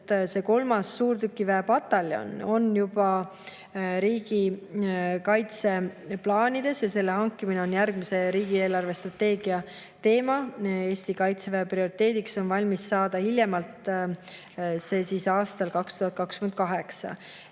see kolmas suurtükiväe pataljon on juba riigikaitseplaanides ja selle hankimine on järgmise riigi eelarvestrateegia teema. Eesti kaitseväe prioriteet on see valmis saada hiljemalt aastal 2028.